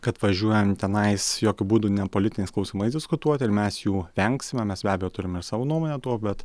kad važiuojam tenais jokiu būdu ne politiniais klausimais diskutuoti ir mes jų vengsime mes be abejo turim ir savo nuomonę tuo bet